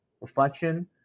reflection